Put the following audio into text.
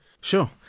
Sure